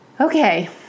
Okay